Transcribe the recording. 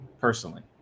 Personally